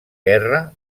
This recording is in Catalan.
guerra